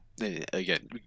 again